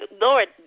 Lord